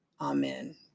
Amen